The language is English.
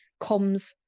comms